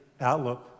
outlook